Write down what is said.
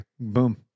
Boom